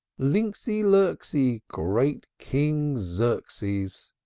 linxy, lurxy, great king xerxes!